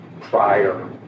prior